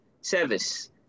service